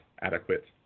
adequate